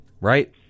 right